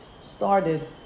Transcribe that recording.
started